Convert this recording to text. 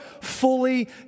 fully